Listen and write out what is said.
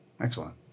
Excellent